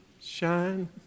shine